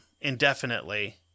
indefinitely